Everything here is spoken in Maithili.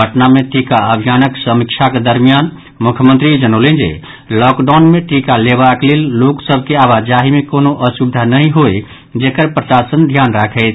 पटना मे टीकाअभियानक समीक्षाक दरमियान मुख्यमंत्री जनौलनि जे लॉकडाउन मे टीका लेबाक लेल लोक सभ के आवाजाही मे कोनो असुविधा नहि होय जेकर प्रसाशन ध्यान राखैथ